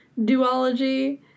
duology